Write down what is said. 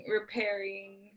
repairing